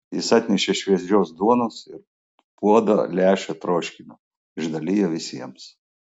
jis atnešė šviežios duonos ir puodą lęšių troškinio išdalijo visiems